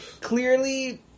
Clearly